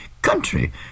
country